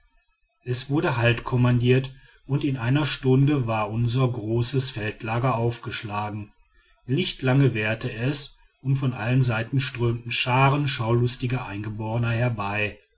es wurde halt kommandiert und in einer stunde war unser großes feldlager aufgeschlagen nicht lange währte es und von allen seiten strömten scharen schaulustiger eingeborener herbei